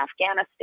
Afghanistan